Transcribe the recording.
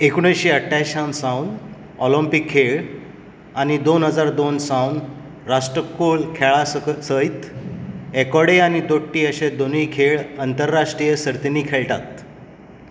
एकोणशें अठ्ठ्या सावन ऑलिंपिक खेळ आनी दोन हजार दोन सावन राष्ट्रकुल खेळां सकत सयत एकोडे आनी दोट्टी अशे दोनूय खेळ आंतरराश्ट्रीय सर्तिनी खेळटात